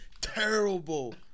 terrible